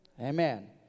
Amen